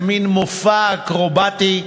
במין מופע אקרובטי,